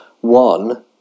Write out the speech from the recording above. one